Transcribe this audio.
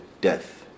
death